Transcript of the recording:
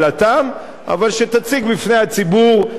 אבל שתציג בפני הציבור באותה מידה גם